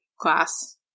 class